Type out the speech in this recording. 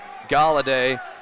Galladay